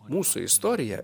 mūsų istorija